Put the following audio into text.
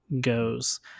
goes